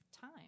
time